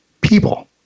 people